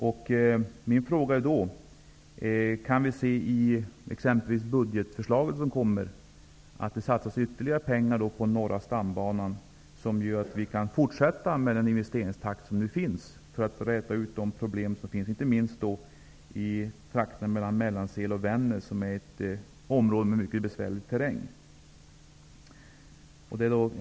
Då är min fråga om vi kan se, t.ex. i det budgetförslag som kommer, att det satsas ytterligare på norra stambanan så att vi kan fortsätta i den nuvarande investeringstakten för att räta ut de problem som finns, inte minst i trakterna mellan Mellansel och Vännäs. Det är ett område med mycket besvärlig terräng.